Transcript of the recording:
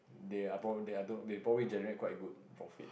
they are pro~ they are they probably generate quite good profits